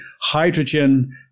hydrogen